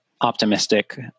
optimistic